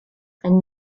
and